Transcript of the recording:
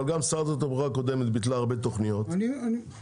אבל גם שרת התחבורה הקודמת ביטלה הרבה תוכניות גם